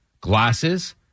glasses